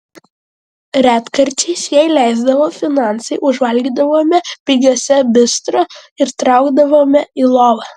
retkarčiais jei leisdavo finansai užvalgydavome pigiuose bistro ir traukdavome į lovą